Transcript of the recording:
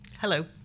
Hello